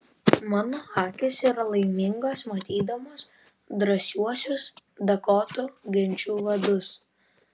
mano akys yra laimingos matydamos drąsiuosius dakotų genčių vadus